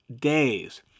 days